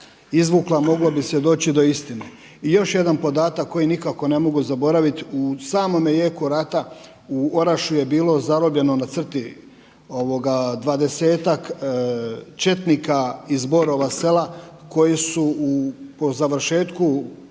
izvukla, moglo bi se doći do istine. I još jedan podatak koji nikako ne mogu zaboraviti u samom jeku rata u Orašju je bilo zarobljeno na crti 20-tak četnika iz Borova Sela koji su po završetku